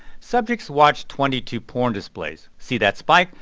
subjects watched twenty two porn displays. see that spike?